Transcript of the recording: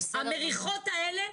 המריחות האלה,